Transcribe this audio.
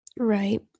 Right